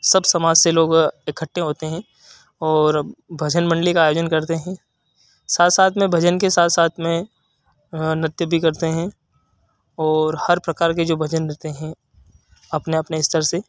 सब समाज से लोग इकठ्ठे होते हैं और भजन मंडली का आयोजन करते हैं साथ साथ में भजन के साथ साथ में नृत्य भी करते हैं और हर प्रकार के जो भजन करते हैं अपने अपने स्तर से